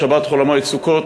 שבת חול המועד סוכות,